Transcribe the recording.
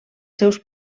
seus